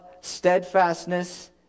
steadfastness